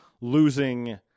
losing